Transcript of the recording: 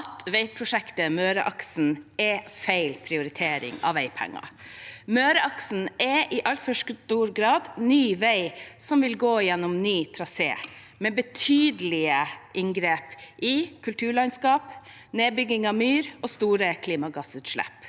at veiprosjektet Møreaksen er feil prioritering av veipenger. Møreaksen er i altfor stor grad ny vei, som vil gå gjennom ny trasé, med betydelige inngrep i kulturlandskap, med nedbygging av myr og med store klimagassutslipp.